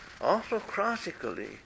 autocratically